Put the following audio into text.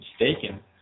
mistaken